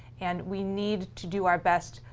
and we need to do our best,